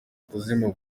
kuzima